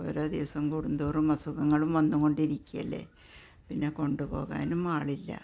ഓരോ ദിവസം കൂടുന്തോറും അസുഖങ്ങളും വന്നുകൊണ്ടിരിക്കുകയല്ലേ പിന്നെ കൊണ്ടുപോകാനും ആളില്ല